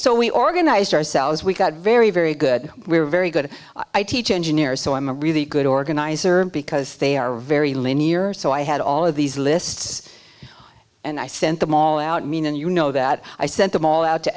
so we organized ourselves we got very very good we're very good at i teach engineers so i'm a really good organizer because they are very linear so i had all of these lists and i sent them all out mean and you know that i sent them all out to